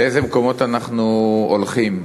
לאיזה מקומות אנחנו הולכים.